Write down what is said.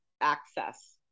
access